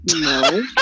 no